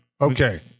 Okay